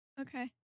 Okay